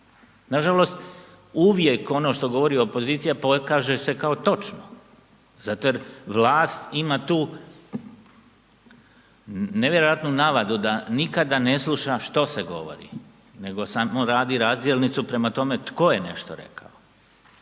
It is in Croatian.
Nažalost, uvijek ono što govori opozicija pokaže se kao točno zato jer vlast ima tu nevjerojatnu navadu da nikada ne sluša što se govori nego samo radi razdjelnicu prema tome tko je nešto rekao.